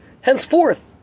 henceforth